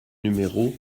numéro